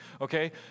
Okay